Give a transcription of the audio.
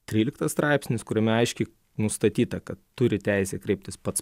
tryliktas straipsnis kuriame aiškiai nustatyta kad turi teisę kreiptis pats